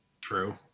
True